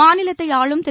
மாநிலத்தை ஆளும் திரு